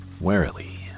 Warily